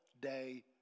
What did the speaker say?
day